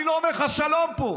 אני לא אומר לך שלום פה.